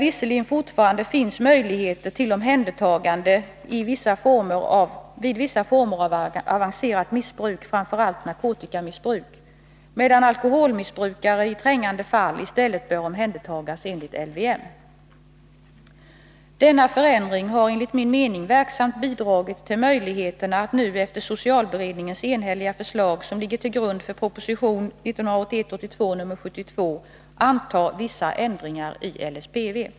Visserligen finns fortfarande möjligheter till omhändertagande vid vissa former av avancerat missbruk, framför allt av narkotika, men alkoholmissbrukare bör i trängande fall i stället omhändertas enligt LVM. Denna förändring har, enligt min mening, verksamt bidragit till möjligheterna att nu efter socialberedningens enhälliga förslag, som ligger till grund för proposition 1981/82:72, anta vissa ändringar i LSPV.